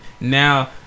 Now